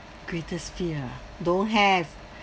greatest fear don't have